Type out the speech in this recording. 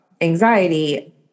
anxiety